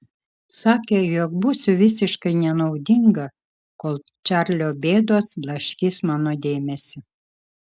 sakė jog būsiu visiškai nenaudinga kol čarlio bėdos blaškys mano dėmesį